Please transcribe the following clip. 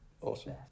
awesome